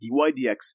DYDX